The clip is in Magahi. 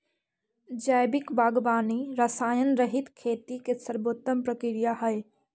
जैविक बागवानी रसायनरहित खेती के सर्वोत्तम प्रक्रिया हइ